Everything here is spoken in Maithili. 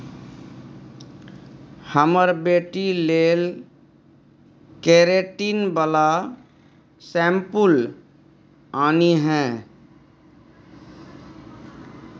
हमर बेटी लेल केरेटिन बला शैंम्पुल आनिहे